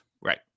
right